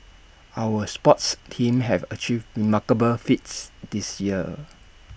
our sports teams have achieved remarkable feats this year